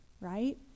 Right